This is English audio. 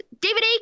David